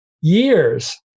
years